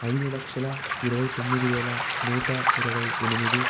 ఐదు లక్షల ఇరవై తొమ్మిది వేల నూట ఇరవై ఎనిమిది